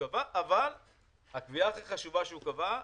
אבל הקביעה הכי חשובה שבג"ץ קבע,